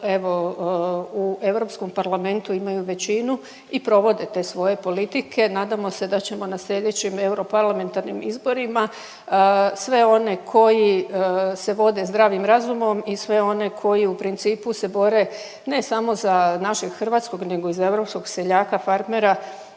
evo u Europskom parlamentu imaju većinu i provode te svoje politike. Nadamo se da ćemo na slijedećim Euro parlamentarnim izborima, sve one koji se vode zdravim razumom i sve one koji u principu se bore, ne samo za našeg hrvatskog nego i za europskog seljaka farmera,